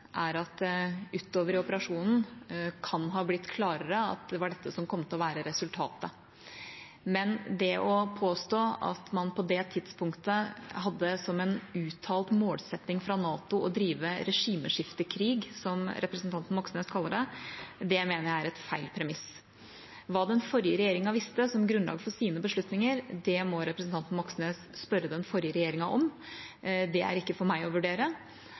er at det utover i operasjonen kan ha blitt klarere at det var dette som kom til å være resultatet, men det å påstå at man på det tidspunktet hadde som en uttalt målsetting fra NATO å drive regimeskiftekrig, som representanten Moxnes kaller det, mener jeg er et feil premiss. Hva den forrige regjeringa visste som grunnlag for sine beslutninger, må representanten Moxnes spørre den forrige regjeringa om, det er ikke for meg å vurdere.